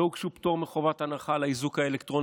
לא הוגש פטור מחובת הנחה על האיזוק האלקטרוני,